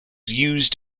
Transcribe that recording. used